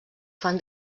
fan